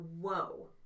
whoa